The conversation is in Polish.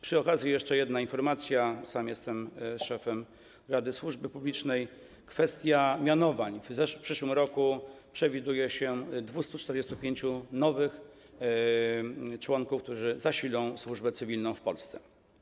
Przy okazji jeszcze jedna informacja, sam jestem szefem Rady Służby Publicznej, jeśli chodzi o kwestię mianowania, to w przyszłym roku przewiduje się 245 nowych członków, którzy zasilą służbę cywilną w Polsce.